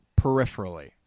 peripherally